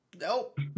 Nope